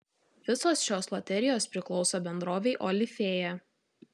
visos šios loterijos priklauso bendrovei olifėja